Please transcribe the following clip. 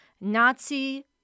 Nazi